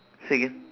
say again